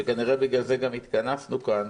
שכנראה בגלל זה גם התכנסנו כאן,